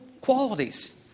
qualities